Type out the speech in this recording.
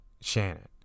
Shannon